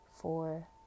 four